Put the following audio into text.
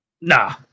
Nah